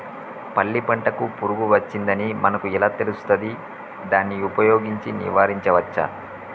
పల్లి పంటకు పురుగు వచ్చిందని మనకు ఎలా తెలుస్తది దాన్ని ఉపయోగించి నివారించవచ్చా?